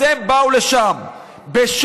אז הם באו לשם בשוד,